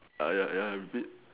uh ya ya a bit